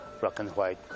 black-and-white